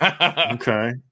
Okay